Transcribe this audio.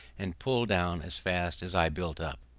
and pull down as fast as i built up.